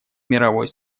мировой